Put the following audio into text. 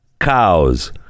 cows